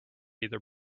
either